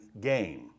game